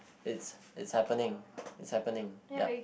it's it's happening it's happening yup